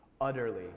Utterly